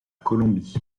colombie